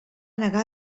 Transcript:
negar